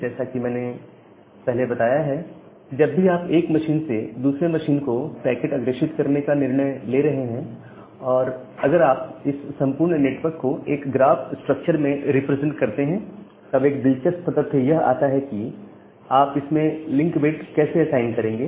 जैसा कि पहले मैंने बताया है जब भी आप एक मशीन से दूसरे मशीन को पैकेट अग्रेषित करने का निर्णय ले रहे हैं और अगर आप इस संपूर्ण नेटवर्क को एक ग्राफ स्ट्रक्चर में रिप्रेजेंट करते हैं तब एक दिलचस्प तथ्य यह आता है कि आप इसमें लिंक वेट कैसे असाइन करेंगे